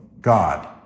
God